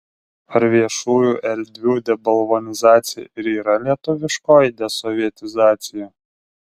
ar viešųjų erdvių debalvonizacija ir yra lietuviškoji desovietizacija